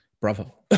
bravo